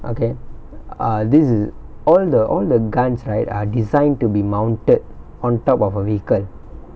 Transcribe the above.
okay ah this is all the all the guns right are designed to be mounted on top of a vehicle